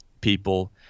people